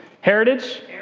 Heritage